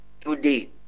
today